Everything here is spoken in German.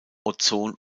ozon